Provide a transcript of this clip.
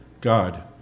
God